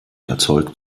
erzeugt